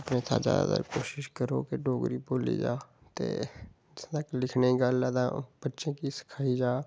ते अपने कशा जादै कोशिश करो की डोगरी बोल्ली जा ते लिखने दी गल्ल ऐ तां ओह् बच्चें गी सखाई जा